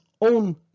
own